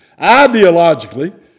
Ideologically